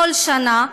כל שנה.